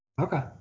Okay